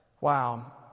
wow